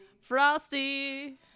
Frosty